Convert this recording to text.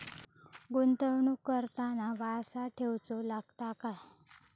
गुंतवणूक करताना वारसा ठेवचो लागता काय?